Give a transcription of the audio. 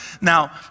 Now